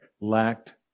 lacked